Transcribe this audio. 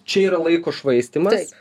čia yra laiko švaistymas